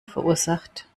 verursacht